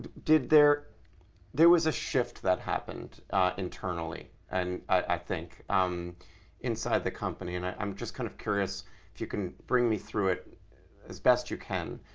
there there was a shift that happened internally and i think inside the company. and i'm just kind of curious, if you can bring me through it as best you can,